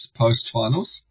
post-finals